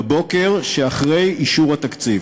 בבוקר שאחרי אישור התקציב.